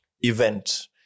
event